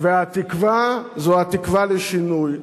והתקווה זו התקווה לשינוי,